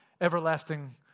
everlasting